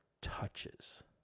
touches